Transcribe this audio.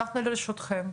אנחנו לרשותכם.